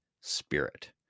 spirit